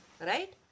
right